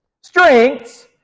Strengths